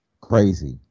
Crazy